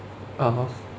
(uh huh)